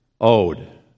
owed